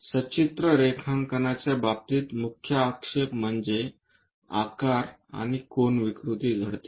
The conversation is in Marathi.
सचित्र रेखांकनाच्या बाबतीत मुख्य आक्षेप म्हणजे आकार आणि कोन विकृती घडते